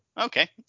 okay